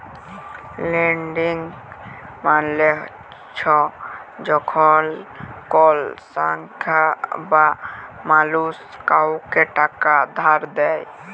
lending মালে চ্ছ যখল কল সংস্থা বা মালুস কাওকে টাকা ধার দেয়